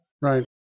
Right